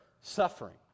suffering